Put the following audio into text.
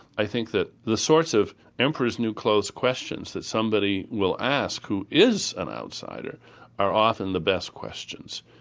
i think that the sorts of emperors new clothes questions that somebody will ask who is an outsider are often the best questions.